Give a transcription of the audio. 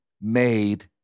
made